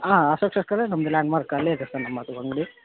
ಹಾಂ ಅಶೋಕ್ ಸರ್ಕಲ್ಲೆ ನಮ್ದು ಲ್ಯಾಂಡ್ಮಾರ್ಕ್ ಅಲ್ಲೇ ಇದೆ ಸರ್ ನಮ್ಮದು ಅಂಗಡಿ